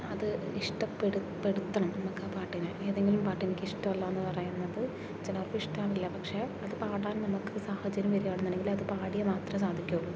അത് ഇഷ്ടപ്പെടുത്തണം നമ്മൾക്ക് ആ പാട്ടിനെ ഏതെങ്കിലും പാട്ട് എനിക്ക് ഇഷ്ടമല്ല എന്ന് പറയുന്നത് ചിലവർക്ക് ഇഷ്ടമാവില്ല പക്ഷേ അത് പാടാൻ നമുക്ക് സാഹചര്യം വരികയാണെന്നുണ്ടങ്കിൽ അത് പാടിയാൽ മാത്രമേ സാധിക്കുകയുള്ളൂ